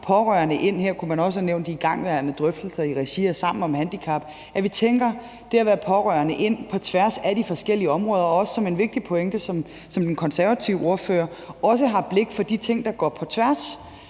her kunne man også have nævnt de igangværende drøftelser i regi af Sammen om handicap, og at vi tænker det at være pårørende ind på tværs af de forskellige områder. Det er også en vigtig pointe, som den konservative ordfører var inde på, at vi også har blik for de ting, der går på tværs,